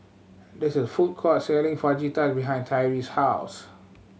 this is a food court selling Fajitas behind Tyreese's house